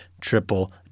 triple